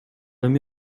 эми